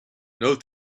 note